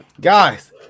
guys